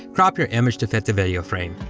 crop your image to fit the video frame.